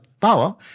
power